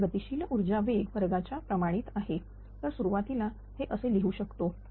आता गतिशील ऊर्जा वेग वर्गाच्या प्रमाणित आहे तर सुरुवातीला हे असे लिहू शकतो